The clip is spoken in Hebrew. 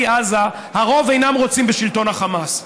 הרוב אינם רוצים בשלטון החמאס.